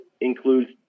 includes